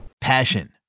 Passion